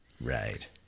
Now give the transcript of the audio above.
Right